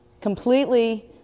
completely